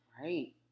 Right